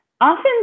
often